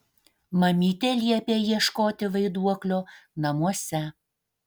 mamytė liepė ieškoti vaiduoklio namuose